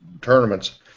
tournaments